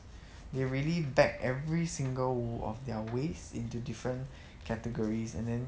they really bag every single of their waste into different categories and then